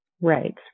Right